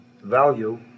value